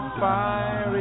fire